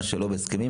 ומה שלא בהסכמים,